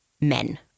men